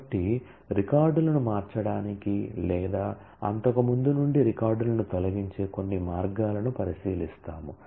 కాబట్టి రికార్డులను మార్చడానికి లేదా అంతకుముందు నుండి రికార్డులను తొలగించే కొన్ని మార్గాలను పరిశీలిస్తాము